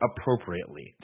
appropriately